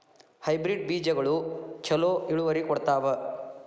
Hybrid ಬೇಜಗೊಳು ಛಲೋ ಇಳುವರಿ ಕೊಡ್ತಾವ?